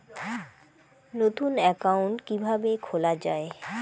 নতুন একাউন্ট কিভাবে খোলা য়ায়?